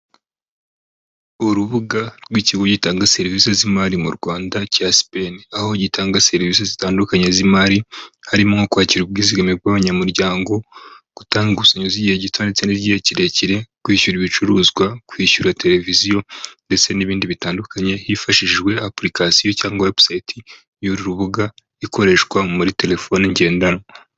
Urubuga rw'ikigo gitanga serivisi z'imari mu Rwanda cya Spin, aho gitanga serivisi zitandukanye z'imari harimo kwakira ubwizigame bw'abanyamuryango, gutanga inguzanyo z'igihe gito ndetse n'igihe kirekire, kwishyura ibicuruzwa, kwishyura televiziyo ndetse n'ibindi bitandukanye hifashijwe application cyangwa website y'uru rubuga ikoreshwa muri telefoni ngendanwa.